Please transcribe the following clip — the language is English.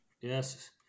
Yes